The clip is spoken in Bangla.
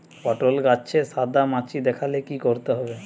পটলে গাছে সাদা মাছি দেখালে কি করতে হবে?